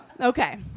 Okay